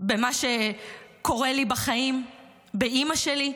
במה שקורה לי בחיים, באימא שלי,